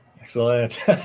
Excellent